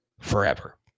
forever